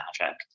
magic